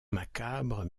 macabre